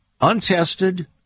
untested